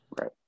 Right